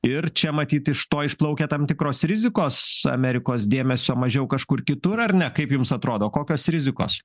ir čia matyt iš to išplaukia tam tikros rizikos amerikos dėmesio mažiau kažkur kitur ar ne kaip jums atrodo kokios rizikos